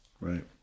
right